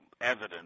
evidence